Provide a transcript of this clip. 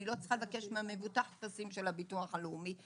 אני לא צריכה לבקש מהמבוטח טפסים של הביטוח הלאומי.